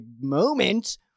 moment